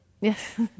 Yes